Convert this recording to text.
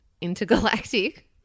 intergalactic